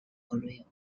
grille